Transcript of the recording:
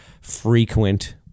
frequent